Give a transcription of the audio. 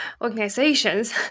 organizations